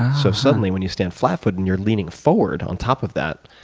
so suddenly when you stand flat footed and you're leaning forward on top of that,